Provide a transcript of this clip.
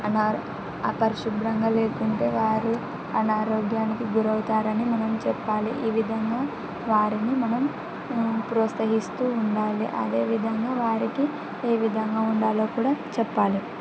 అన అపరిశుభ్రంగా లేకుంటే వారు అనారోగ్యానికి గురవుతారని మనం చెప్పాలి ఈ విధంగా వారిని మనం ప్రోత్సహిస్తూ ఉండాలి అదేవిధంగా వారికి ఏ విధంగా ఉండాలో కూడా చెప్పాలి